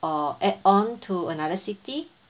or add on to another city